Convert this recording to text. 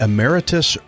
Emeritus